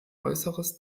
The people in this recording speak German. äußeres